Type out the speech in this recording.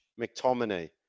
McTominay